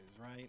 right